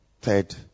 third